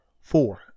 Four